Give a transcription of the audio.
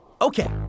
Okay